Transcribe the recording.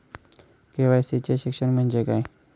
KYC चे शिक्षण म्हणजे काय?